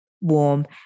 warm